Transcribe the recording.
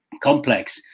complex